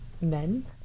men